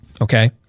Okay